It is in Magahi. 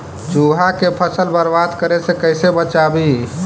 चुहा के फसल बर्बाद करे से कैसे बचाबी?